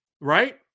Right